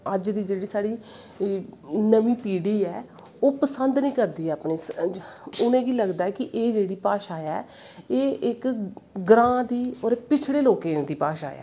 अज्ज दी जेह्ड़ी साढ़ी नमीं पीढ़ी ऐ ओह् पसंद नी करदी अपनी उनेंगी लगदा कि एह् जेह्ड़ी भाशा ऐ एह् इक ग्रांऽ दी और पिछड़े लोकें दी भाशा ऐ